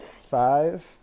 Five